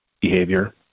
behavior